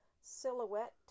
silhouette